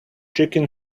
chicken